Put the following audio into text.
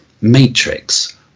Matrix